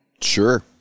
Sure